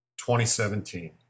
2017